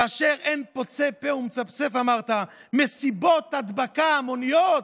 כאשר אין פוצה פה ומצפצף אמרת: מסיבות הדבקה המוניות.